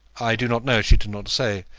i do not know she did not say.